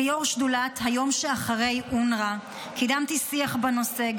כיו"ר שדולת היום שאחרי אונר"א קידמתי שיח בנושא,